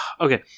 Okay